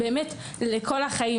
לכל החיים.